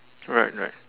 right right